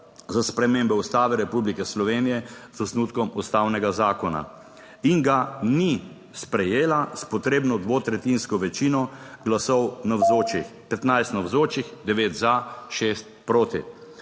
za spremembo Ustave Republike Slovenije z osnutkom ustavnega zakona. In ga ni sprejela s potrebno dvotretjinsko večino glasov navzočih, / znak za konec